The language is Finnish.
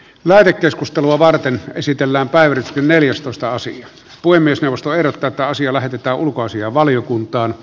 lähetekeskustelua varten esitellään päivitys neljästoista osin puhemiesneuvosto ehdottaataasia lähetetään ulkoasiainvaliokuntaan